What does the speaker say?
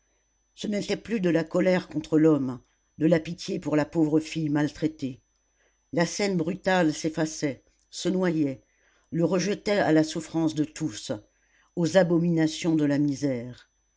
ce n'était plus de la colère contre l'homme de la pitié pour la pauvre fille maltraitée la scène brutale s'effaçait se noyait le rejetait à la souffrance de tous aux abominations de la misère